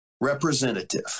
representative